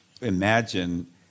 imagine